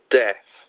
death